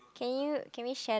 can you can we share the